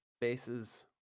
bases